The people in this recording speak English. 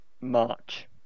March